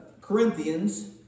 Corinthians